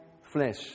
flesh